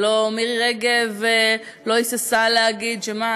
הלוא מירי רגב לא היססה להגיד: מה,